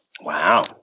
Wow